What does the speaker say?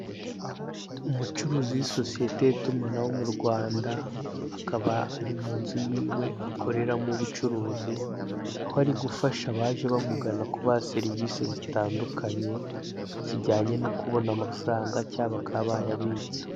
Umucuruzi w'isosiyete y'itumanaho mu Rwanda akaba ari mu nzu yiwe akoreramo ubucuruzi aho ari gufasha abaje bamugana kubaha serivise zitandukanye zijyanye no kubona amafaranga cyangwa bakaba bayabitsa.